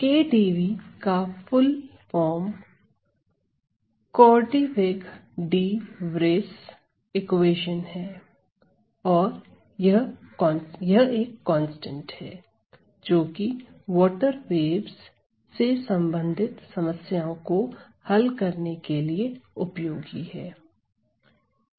KdV का full form Korteweg de Vries equation है और यह एक कांस्टेंट है जोकि वॉटर वेव्स से संबंधित समस्याओं को हल करने के लिए उपयोगी है